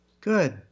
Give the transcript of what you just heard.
Good